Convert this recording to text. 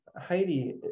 Heidi